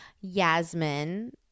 Yasmin